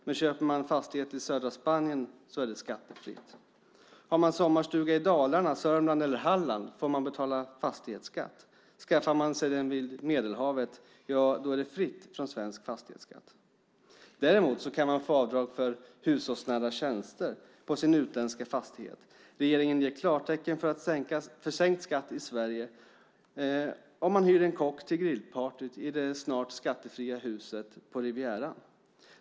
Men köper man fastighet i södra Spanien är det skattefritt. Har man sommarstuga i Dalarna, Sörmland eller Halland får man betala fastighetsskatt. Skaffar man sig den vid Medelhavet, ja, då är den fri från svensk fastighetsskatt. Däremot kan man få avdrag för hushållsnära tjänster i sin utländska fastighet. Regeringen ger klartecken för sänkt skatt i Sverige om man hyr en kock till grillpartyt i det snart skattefria huset på Rivieran.